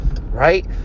right